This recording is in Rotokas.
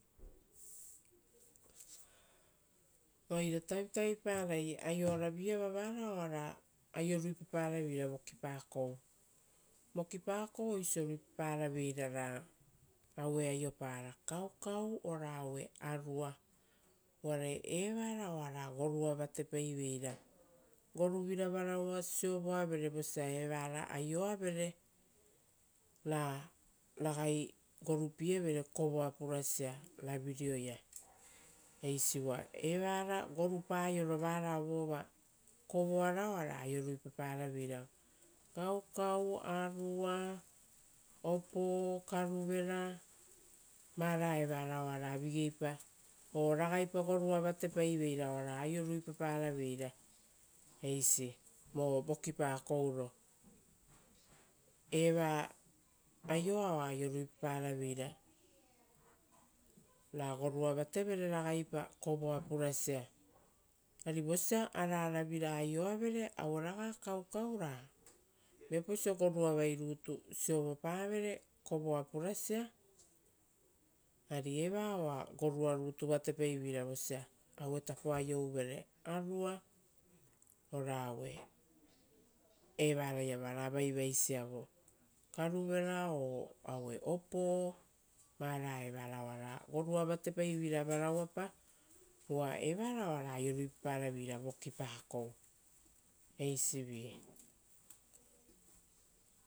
Oire tavitavipara aioara vi-iava oara aio ruipapara veira vokipakou. Vokipakou oisio ruipaparaveira ra aue aiopara kaukau ora aue arua uvare evara oara gorua vatepaiveira. Goruvira varaua siovoavere vosa evara aioavere ra ragai gorupie vere kovoa purasia ravireia eisi uva evara gorupa aioro varao vova kovoara aio ruipaparaveira, kaukau, arua, opoo karuvera, vara evara oara vigeipa o ragaipa gorua vatepai veira oara aio ruipaparaveira eisi, vo vokipakouro. Eva aioa oa aio ruipaparaveira ra gorua vatevere ragaipa kovoa purasia. Ari vosia araara vira aioavere aueraga kaukau ra viapauso goruavai rutu siovopavere kovoa purasia, ari eva oa gorua rutu vatepaiveira vosia auetapo aioravere arua ora ave. Evaraiava oara vaivaisiavo, karuvere o aue opoo. Vara evara oara gorua vatepaiveira varauapa. Uva evara oara aio ruipaparaveira vokipakou, esivi.